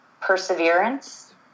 perseverance